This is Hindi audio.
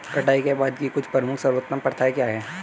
कटाई के बाद की कुछ प्रमुख सर्वोत्तम प्रथाएं क्या हैं?